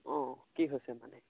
অঁ কি হৈছে মানে